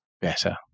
better